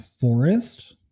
forest